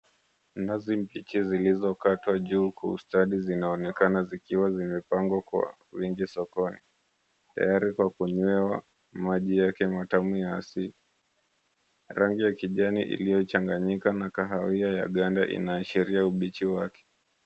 Nazi mbichi zilizokatwa juu kwa ustadi zinaonekana zikiwa zimepangwa kwa wingi sokoni tayari kwa kunywewa maji yake matamu ya asili. Rangi ya kijani iliyochanganyika na kahawia ya ganda inaashiria ubichi wake.